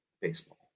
baseball